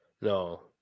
no